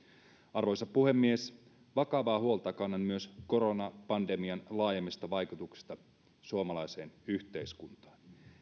arvoisa puhemies vakavaa huolta kannan myös koronapandemian laajemmista vaikutuksista suomalaiseen yhteiskuntaan